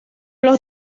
los